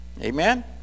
Amen